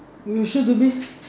you sure delete